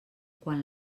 quan